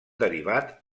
derivat